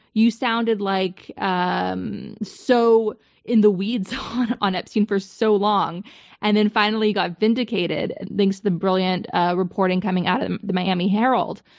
you sounded like um so in the weeds on on epstein for so long and then, finally, got vindicated and thanks to the brilliant reporting coming out of the miami herald.